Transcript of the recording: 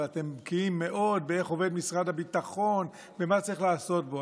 אבל אתם בקיאים מאוד באיך עובד משרד הביטחון ומה צריך לעשות בו.